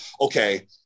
okay